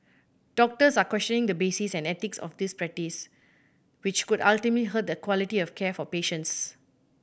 doctors are questioning the basis and ethics of this practice which could ultimately hurt the quality of care for patients